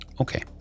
okay